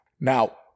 Now